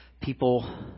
people